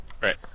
right